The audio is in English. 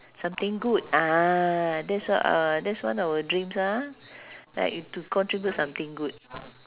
something good ah that's on~ uh that's one of a dreams ah like to contribute something good